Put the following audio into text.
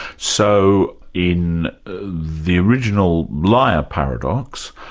so in the original liar paradox,